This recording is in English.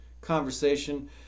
conversation